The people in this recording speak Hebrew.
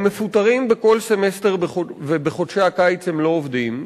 הם מפוטרים בכל סמסטר, ובחודשי הקיץ הם לא עובדים.